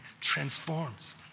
transforms